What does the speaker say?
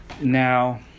Now